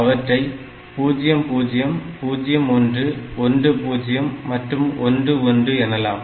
அவற்றை 0 0 0 1 1 0 மற்றும் 1 1 எனலாம்